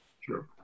Sure